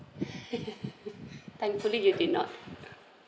thankfully you did not